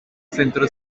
centro